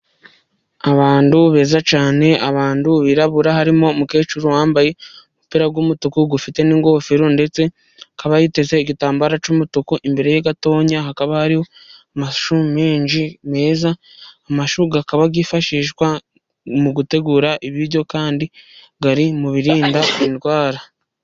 Abantu beza cyane, abantu birabura, harimo umukecuru wambaye umupira w'umutuku ufite n'ingofero, ndetse akaba yiteze igitambaro cy'umutuku. Imbere gatoya hakaba hari amashu menshi meza. Amashu akaba yifashishwa mu gutegura ibiryo, kandi ari mu birinda indwara.